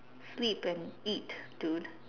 sleep and eat dude